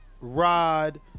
Rod